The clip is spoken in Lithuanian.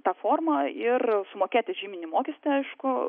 tą formą ir sumokėti žyminį mokestį aišku